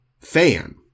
fan